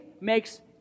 makes